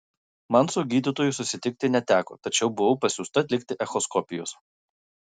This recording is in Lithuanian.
man su gydytoju susitikti neteko tačiau buvau pasiųsta atlikti echoskopijos